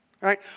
Right